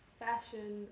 fashion